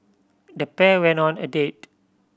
the pair went on a date